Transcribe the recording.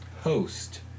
host